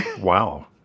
Wow